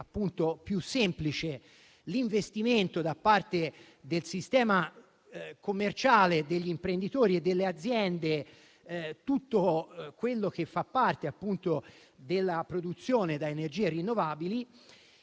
più semplice l'investimento da parte del sistema commerciale degli imprenditori e delle aziende, ossia tutto quello che fa parte della produzione da energie rinnovabili.